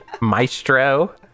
maestro